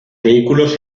vehículos